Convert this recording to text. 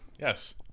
Yes